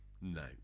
no